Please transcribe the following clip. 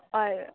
اور